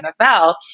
NFL